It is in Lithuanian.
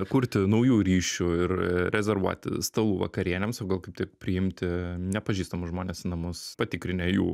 kurti naujų ryšių ir rezervuoti stalų vakarienėms o gal kaip tik priimti nepažįstamus žmones į namus patikrinę jų